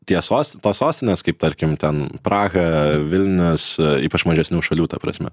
tie sos tos sostinės kaip tarkim ten praha vilnius ypač mažesnių šalių ta prasme